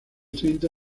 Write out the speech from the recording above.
treinta